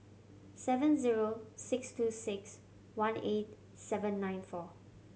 seven zero six two six one eight seven nine four